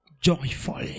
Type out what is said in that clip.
joyful